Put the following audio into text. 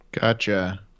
Gotcha